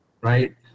Right